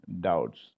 doubts